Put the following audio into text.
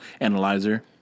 analyzer